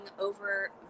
over